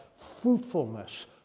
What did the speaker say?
Fruitfulness